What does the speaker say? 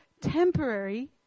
temporary